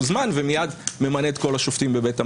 זמן ומיד ממנה את כל השופטים בבית המשפט.